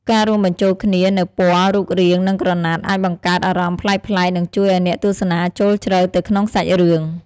ការរួមបញ្ចូលគ្នានូវពណ៌ រូបរាង និងក្រណាត់ អាចបង្កើតអារម្មណ៍ប្លែកៗ និងជួយឱ្យអ្នកទស្សនាចូលជ្រៅទៅក្នុងសាច់រឿង។